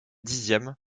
dixième